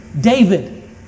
David